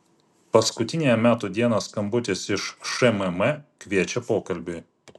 paskutiniąją metų dieną skambutis iš šmm kviečia pokalbiui